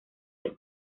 ser